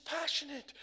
passionate